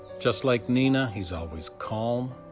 just like nina, he's always calm,